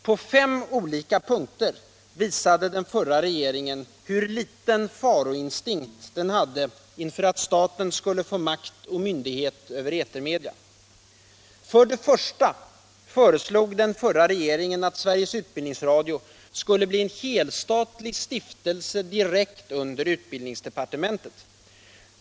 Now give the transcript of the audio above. På fem olika punkter visade den 95 Radio och television i utbildningsväsendet förra regeringen hur liten faroinstinkt den hade inför att staten skulle få makt och myndighet över etermedia: För det första föreslog den förra regeringen att Sveriges utbildningsradio skulle bli en helstatlig stiftelse direkt under utbildningsdepartementet.